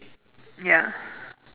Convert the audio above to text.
ya